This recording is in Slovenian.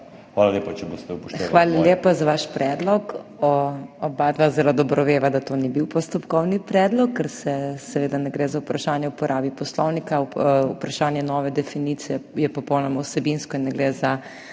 MAG. MEIRA HOT: Hvala lepa za vaš predlog. Oba zelo dobro veva, da to ni bil postopkovni predlog, ker seveda ne gre za vprašanje o uporabi poslovnika, vprašanje nove definicije je popolnoma vsebinsko in ne gre za